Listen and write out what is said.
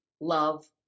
love